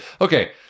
okay